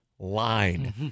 line